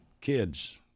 kids